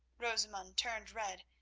rosamund turned red,